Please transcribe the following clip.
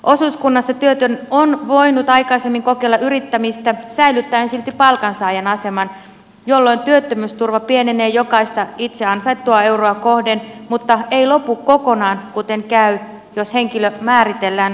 osuuskunnassa työtön on voinut aikaisemmin kokeilla yrittämistä säilyttäen silti palkansaajan aseman jolloin työttömyysturva pienenee itse ansaittua euroa kohden mutta ei lopu kokonaan kuten käy jos henkilö määritellään yrittäjäksi